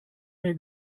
mehr